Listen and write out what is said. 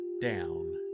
down